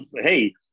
hey